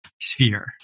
sphere